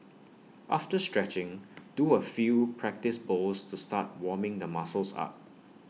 after stretching do A few practice bowls to start warming the muscles up